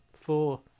Four